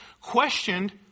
questioned